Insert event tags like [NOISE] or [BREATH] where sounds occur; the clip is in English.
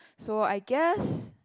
so I guess [BREATH]